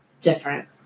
different